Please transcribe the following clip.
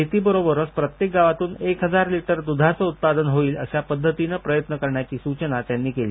शेतीबरोबरच प्रत्येक गावातून एक हजार लिटर दुधाचं उत्पादन होईल अशा पद्धतीनं प्रयत्न करण्याची सूचना त्यांनी केली